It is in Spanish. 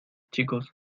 chicos